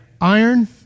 iron